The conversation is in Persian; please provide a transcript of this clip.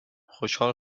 خوشحال